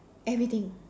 everything